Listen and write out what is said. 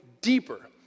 deeper